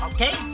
Okay